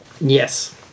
Yes